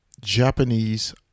Japanese